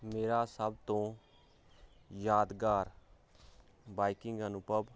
ਮੇਰਾ ਸਭ ਤੋਂ ਯਾਦਗਾਰ ਬਾਈਕਿੰਗ ਅਨੁਭਵ